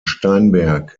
steinberg